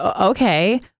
okay